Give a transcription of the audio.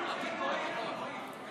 רק שוואווי זה